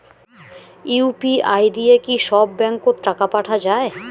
UPI দিয়া কি সব ব্যাংক ওত টাকা পাঠা যায়?